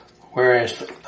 whereas